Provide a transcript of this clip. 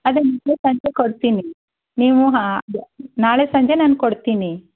ಅದೇ ನಾಳೆ ಸಂಜೆ ಕೊಡ್ತೀನಿ ನೀವು ನಾಳೆ ಸಂಜೆ ನಾನು ಕೊಡ್ತೀನಿ